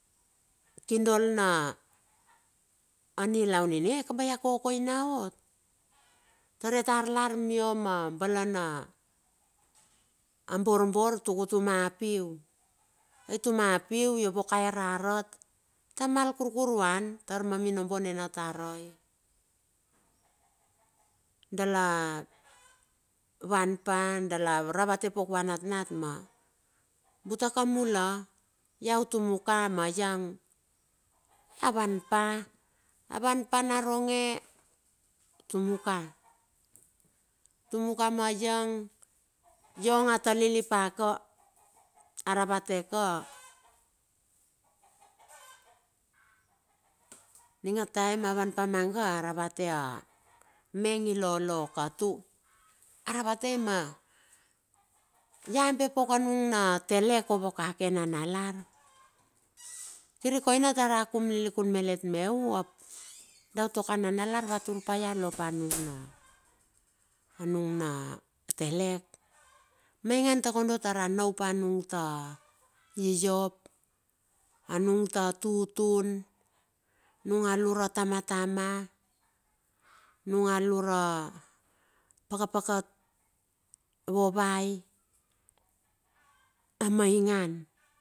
A kindol na nilaun ininge kaba ia kokoina ot, a taria ta arlar mia ma bala na borbor tuk utuma piu. Utuma piu iovakai rarat, tamal kurkuru an tar ma minombo nina tarai. Dala van pa, dala ravate pauk va natnat bute ka mula, ia tumu ka ma iang avam pa, avan pa naronge tumuka, utumuka ma lang yong a talili paka aravate ke a. Aning a time aon var pa maga aravate a me ingi lolo okatu, aravetei pia labe peuk anung na telek ap ovokake nanalar. Kini koina tara akum lilikun male meu da utua nanalar va turpaia lia a lopa anungna, nung na telek? Maingan takondo tar anau pa anung ta yiop, nung ta tutun, anung alura tamatama anung alura pakapakat vovai. Amaingan.